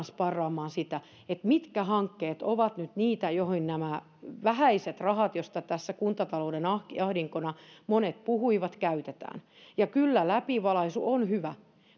sparraamaan sitä mitkä hankkeet ovat nyt niitä joihin nämä vähäiset rahat josta tässä kuntatalouden ahdinkona monet puhuivat käytetään ja kyllä läpivalaisu on hyvä